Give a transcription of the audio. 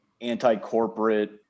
anti-corporate